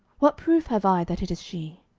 what proof have i that it is she?